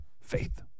Faith